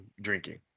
drinking